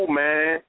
man